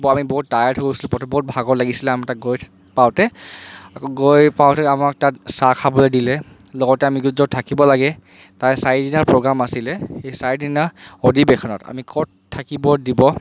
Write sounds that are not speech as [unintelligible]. আমি বহুত ট্টায়াৰ্ড হৈ গৈছিলো [unintelligible] বহুত ভাগৰ লাগিছিলে আমি তাত গৈ পাওঁতে আকৌ গৈ পাওঁতে আমাক তাত চাহ খাবলৈ দিলে লগতে আমি য'ত য'ত থাকিব লাগে তাৰে চাৰিদিনীয়া প্ৰগ্ৰেম আছিলে সেই চাৰিদিনীয়া অধিৱেশনত আমি ক'ত থাকিব দিব